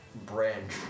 Branch